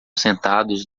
sentados